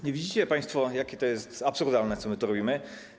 Nie widzicie państwo, jakie to jest absurdalne, co my tu robimy?